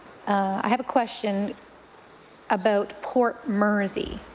i have a question about port mercy